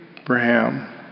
Abraham